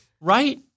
Right